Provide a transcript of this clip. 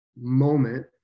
moment